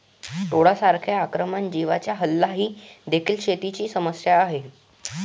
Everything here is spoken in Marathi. टोळांसारख्या आक्रमक जीवांचा हल्ला ही देखील शेतीची समस्या आहे